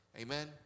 Amen